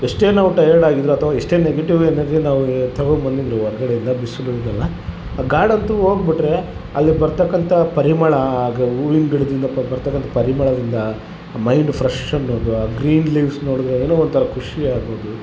ಎಷ್ಟೇ ನಾವು ಟಯರ್ಡ್ ಆಗಿದ್ರು ಅಥವ ಎಷ್ಟೇ ನೆಗೆಟಿವ್ ಎನರ್ಜಿ ನಾವು ತಗೊಂಬಂದಿದ್ರು ಹೊರ್ಗಡೆಯಿಂದ ಬಿಸ್ಲು ಇದು ಅಲ ಗಾರ್ಡನ್ ತ್ರು ಹೋಗ್ಬಿಟ್ಟರೆ ಅಲ್ಲಿ ಬರ್ತಕ್ಕಂಥ ಪರಿಮಳ ಆಗ ಹೂವಿನ್ ಗಿಡದಿಂದ ಪ ಬರ್ತಕ್ಕಂಥ ಪರಿಮಳದಿಂದ ಮೈಂಡ್ ಫ್ರೆಶ್ ಅನ್ನೋದು ಆ ಗ್ರೀನ್ ಲೀವ್ಸ್ ನೋಡಿದಾಗ ಏನೊ ಒಂಥರ ಖುಷಿ ಆಗೋದು